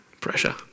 pressure